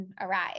arrive